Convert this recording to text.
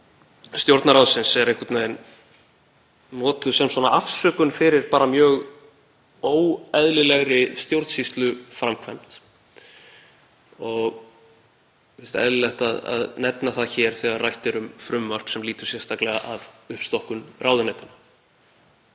Stjórnarráðsins er einhvern veginn notuð sem afsökun fyrir mjög óeðlilegri stjórnsýsluframkvæmd og mér finnst eðlilegt að nefna það hér þegar rætt er um frumvarp sem lýtur sérstaklega að uppstokkun ráðuneytanna.